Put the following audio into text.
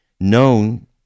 known